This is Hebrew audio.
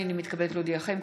הינני מתכבדת להודיעכם,